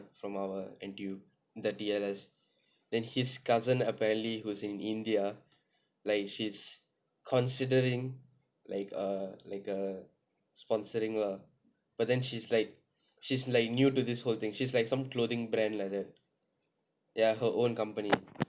from our N_T_U the T_L_S then his cousin apparently who's in india like she's considering like a like a sponsoring lah but then she's like she's like new to this whole thing she's like some clothing brand like that ya her own company